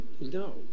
No